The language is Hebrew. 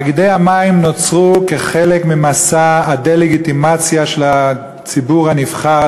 תאגידי המים נוצרו כחלק ממסע הדה-לגיטימציה של הציבור הנבחר,